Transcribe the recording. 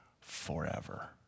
forever